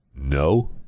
no